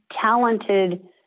talented